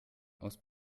aus